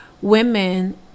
women